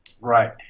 right